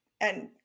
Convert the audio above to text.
And-